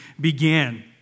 began